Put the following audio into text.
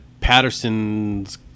Patterson's